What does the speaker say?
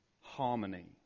harmony